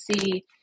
see